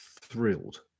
thrilled